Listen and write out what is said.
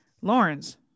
lawrence